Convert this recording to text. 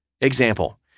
example